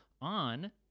on